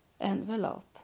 envelope